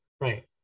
right